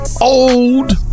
old